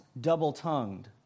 double-tongued